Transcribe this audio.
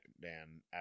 Dan